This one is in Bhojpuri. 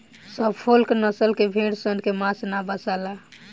सफोल्क नसल के भेड़ सन के मांस ना बासाला